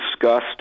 discussed